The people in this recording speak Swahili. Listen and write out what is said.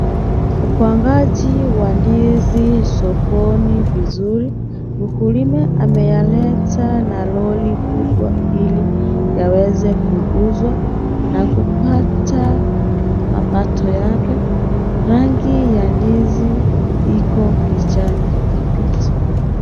Upangaji wa ndizi sokoni vizuri. Mkulima ameyaleta na lori kubwa ili yaweze kuuzwa na kupata mapato yake. Rangi ya ndizi iko kijani kibichi.